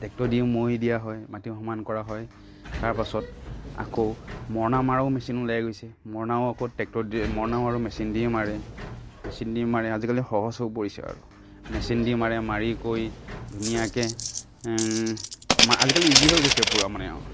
tractor দিয়ে মৈ দিয়া হয় মাটি সমান কৰা হয় তাৰপাছত আকৌ মৰণা মৰাও মেচিন ওলাই গৈছে মৰণাও আকৌ ট্ৰেক্টৰ দিয়ে মৰণাও আৰু মেচিন দিয়ে মাৰে মেচিন দিয়ে মাৰে আজিকালি সহজ হৈ পৰিছে আৰু মেচিন দি মাৰে মাৰি কৰি ধুনীয়াকে আমাৰ আজিকালি ইজি হৈ গৈছে পুৰা মানে আৰু